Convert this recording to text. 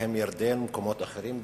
בהם ירדן ומקומות אחרים.